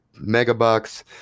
megabucks